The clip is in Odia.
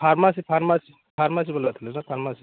ଫାର୍ମାସୀ ଫାର୍ମାସୀ ଫାର୍ମାସୀ ବାଲା ଥିଲେ ନା ଫାର୍ମାସୀ